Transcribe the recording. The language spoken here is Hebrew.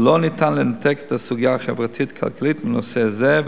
ולא ניתן לנתק את הסוגיה החברתית-כלכלית מנושא זה,